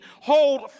hold